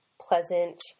pleasant